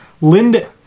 Linda